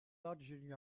lodging